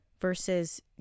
versus